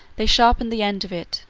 they sharpened the end of it,